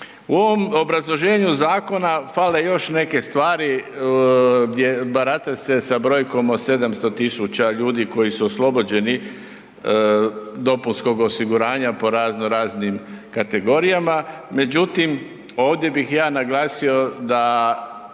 obrazloženju zakona fale još neke svari gdje se barata brojkom od 700.000 ljudi koji su oslobođeni dopunskog osiguranja po raznoraznim kategorijama. Međutim, ovdje bih ja naglasio da